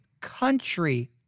country